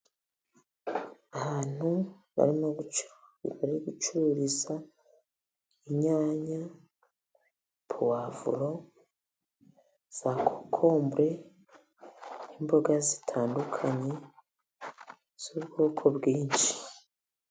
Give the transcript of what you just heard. Ahantu barimo bari gucururiza inyanya, puwafuro, za kokombure n'imboga zitandukanye z'ubwoko bwinshi.